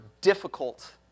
difficult